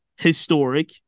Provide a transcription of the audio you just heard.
historic